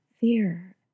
fear